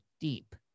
deep